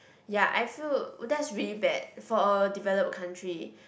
ya I feel that's really bad for a developed country